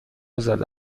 زده